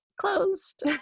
closed